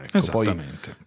esattamente